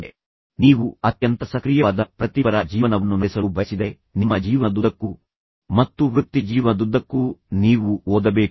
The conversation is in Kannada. ಆದ್ದರಿಂದ ನೀವು ಅತ್ಯಂತ ಸಕ್ರಿಯವಾದ ಪ್ರಗತಿಪರ ಜೀವನವನ್ನು ನಡೆಸಲು ಬಯಸಿದರೆ ನಿಮ್ಮ ಜೀವನದುದ್ದಕ್ಕೂ ಮತ್ತು ವೃತ್ತಿಜೀವನದುದ್ದಕ್ಕೂ ನೀವು ಓದಬೇಕು